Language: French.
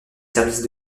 services